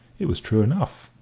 it was true enough.